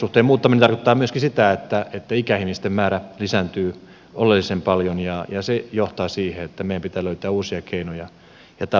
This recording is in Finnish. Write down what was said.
huoltosuhteen muuttuminen tarkoittaa myöskin sitä että ikäihmisten määrä lisääntyy oleellisen paljon ja se johtaa siihen että meidän pitää löytää uusia keinoja ja tapoja toimia